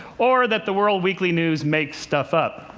or that the world weekly news makes stuff up?